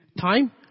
time